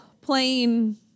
plain